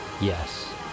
Yes